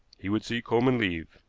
he would see coleman leave.